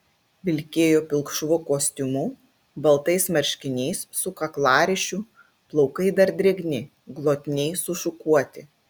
vilkėjo pilkšvu kostiumu baltais marškiniais su kaklaryšiu plaukai dar drėgni glotniai sušukuoti